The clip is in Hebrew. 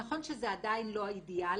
נכוןש זה עדיין לא האידיאל,